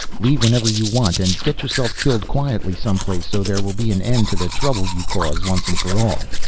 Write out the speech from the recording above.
leave whenever you want. and get yourself killed quietly some place so there will be an end to the trouble you cause once and for all.